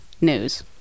news